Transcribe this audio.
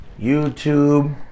YouTube